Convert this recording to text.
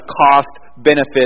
cost-benefit